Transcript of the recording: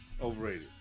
Overrated